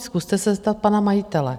Zkuste se zeptat pana majitele.